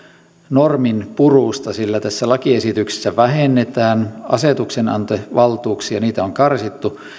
norminpurusta sillä tässä lakiesityksessä vähennetään asetuksenantovaltuuksia niitä on karsittu